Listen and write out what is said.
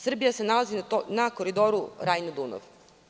Srbija se nalazi na Koridoru Rajna – Dunav.